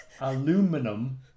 aluminum